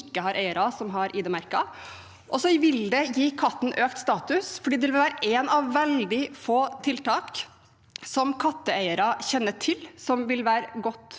som ikke har eiere som har ID-merket dem. Det vil også gi katten økt status, fordi det vil være et av veldig få tiltak som katteeiere kjenner til som vil være godt